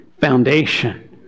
foundation